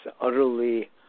utterly